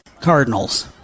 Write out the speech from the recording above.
Cardinals